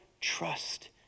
trust